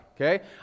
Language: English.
okay